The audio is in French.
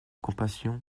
compassion